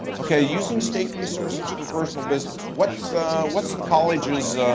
okay, using state resources for personal business. what's what's the college's